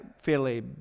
fairly